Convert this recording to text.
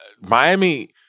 Miami